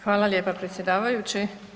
Hvala lijepa predsjedavajući.